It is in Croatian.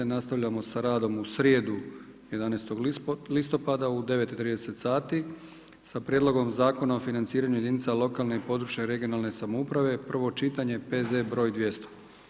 Nastavljamo sa radom u srijedu 11.10. u 9,30 sati, sa Prijedlogom Zakona o financiranju jedinica lokalne i područne, regionalne samouprave, prvo čitanje, P.Z. br.200.